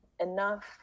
enough